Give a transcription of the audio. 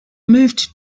moved